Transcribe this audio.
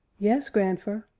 yes, grandfer.